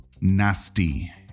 nasty